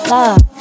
Love